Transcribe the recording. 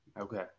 Okay